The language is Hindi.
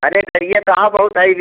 अरे कहिए तो हाँ बहुत है भी